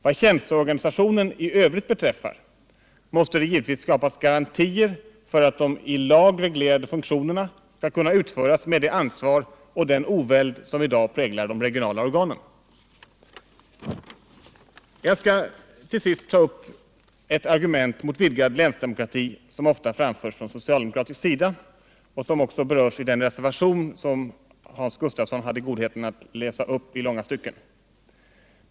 Vad tjänsteorganisationen i övrigt beträffar måste det givetvis skapas garantier för att de i lag reglerade funktionerna skall kunna utföras med det ansvar och den oväld som i dag präglar arbetet i de regionala organen. Jag skall till sist ta upp ett argument mot vidgad länsdemokrati, som ofta framförs från socialdemokratisk sida och som också berörs i den reservation som Hans Gustafsson hade godheten att i långa stycken läsa upp.